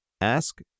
ask